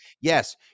Yes